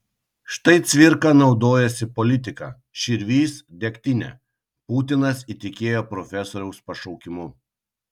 štai cvirka nuodijosi politika širvys degtine putinas įtikėjo profesoriaus pašaukimu